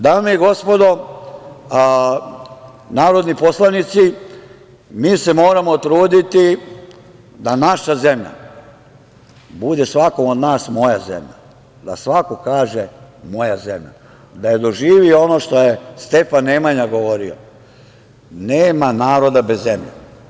Dame i gospodo narodni poslanici, mi se moramo truditi da naša zemlja bude svakom od nas moja zemlja, da svako kaže - moja zemlja, da doživi ono što je Stefan Nemanja govorio - nema naroda bez zemlje.